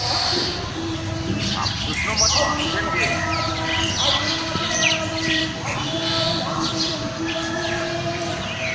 ᱟᱢ ᱛᱤᱥ ᱦᱚᱸ ᱵᱟᱢ ᱯᱷᱳᱱ ᱟᱢ ᱴᱷᱮᱱ ᱜᱮ